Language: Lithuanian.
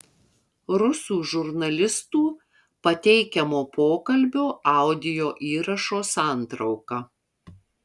rusų žurnalistų pateikiamo pokalbio audio įrašo santrauka